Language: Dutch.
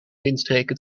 windstreken